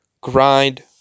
grind